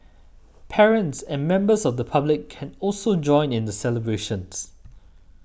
parents and members of the public can also join in the celebrations